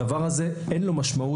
הדבר הזה, אין לו משמעות.